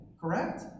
correct